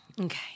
Okay